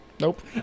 Nope